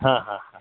হ্যাঁ হ্যাঁ হ্যাঁ